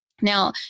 Now